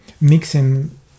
mixing